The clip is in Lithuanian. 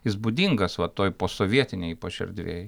jis būdingas va toj posovietinėj ypač erdvėj